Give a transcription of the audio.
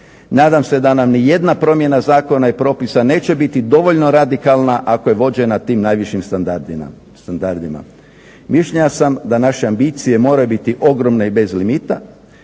Nadam se da nam nijedna promjena zakona i propisa neće biti dovoljno radikalna ako je vođena tim najvišim standardima. Mišljenja sam da naše ambicije moraju biti ogromne i bez limita.